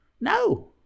No